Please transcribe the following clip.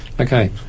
okay